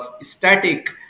static